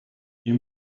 you